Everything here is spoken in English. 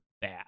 bad